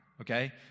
okay